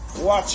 Watch